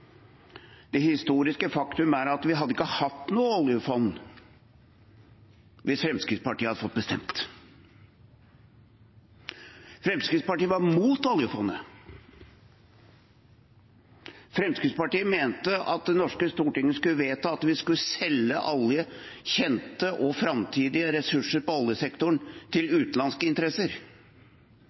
Det historiske faktum er at vi ikke hadde hatt noe oljefond hvis Fremskrittspartiet hadde fått bestemt. Fremskrittspartiet var imot oljefondet. Fremskrittspartiet mente at Det norske storting skulle vedta at vi skulle selge alle kjente og framtidige ressurser på oljesektoren til utenlandske interesser.